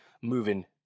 moving